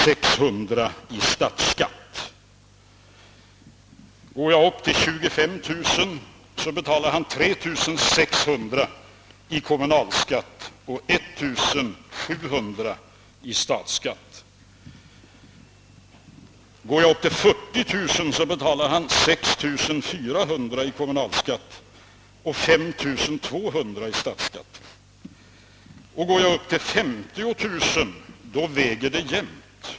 Förtjänar han 25 000 , betalar han 3600 i kommunalskatt och 1700 i statsskatt. Kommer han upp till 40 000 .i inkomst, betalar han 6 400 i kommunalskatt och 5200 i statsskatt.' Vid en inkomst av 50 000 väger de båda skatterna jämnt.